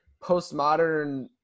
postmodern